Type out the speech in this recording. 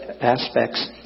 aspects